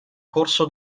corso